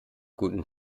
guten